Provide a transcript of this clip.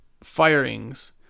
firings